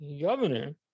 governor